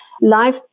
life